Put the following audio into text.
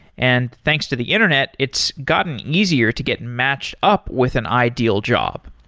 and thanks to the internet it's gotten easier to get match up with an ideal job.